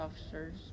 officers